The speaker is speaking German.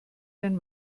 den